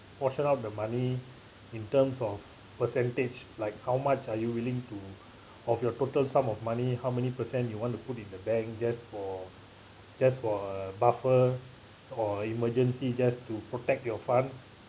portion out the money in terms of percentage like how much are you willing to of your total sum of money how many percent you want to put in the bank just for just for a buffer or emergency just to protect your fund